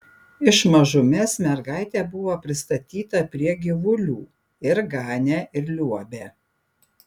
iš mažumės mergaitė buvo pristatyta prie gyvulių ir ganė ir liuobė